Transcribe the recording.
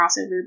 crossover